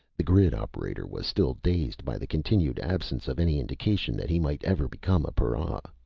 the grid operator was still dazed by the continued absence of any indication that he might ever become a para.